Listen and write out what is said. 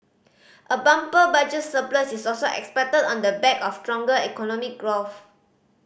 a bumper Budget surplus is also expected on the back of stronger economic growth